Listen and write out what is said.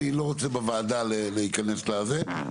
אני לא רוצה להיכנס לזה בוועדה.